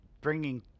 Bringing